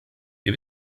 wir